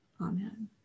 Amen